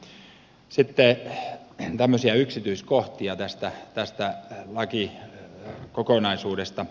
sitten tämmöisiä yksityiskohtia tästä lakikokonaisuudesta